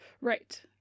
Right